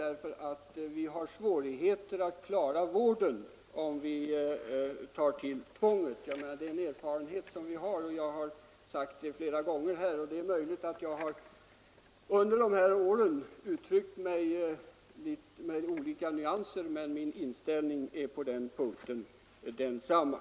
Erfarenheten säger att det är ” svårt att klara vården om vi tar till tvång. Jag har sagt detta flera gånger, och det är möjligt att jag genom åren har uttryckt mig med olika nyanser, men min inställning är på den punkten densamma.